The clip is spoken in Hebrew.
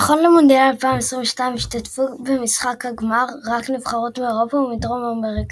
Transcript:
נכון למונדיאל 2022 השתתפו במשחק הגמר רק נבחרות מאירופה ומדרום אמריקה,